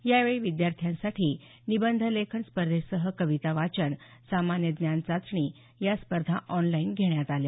यावेळी विद्यार्थ्यांसाठी निबंधलेखन स्पर्धेसह कविता वाचन सामान्य ज्ञान चाचणी या स्पर्धा ऑनलाईन घेण्यात आल्या